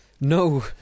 No